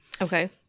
okay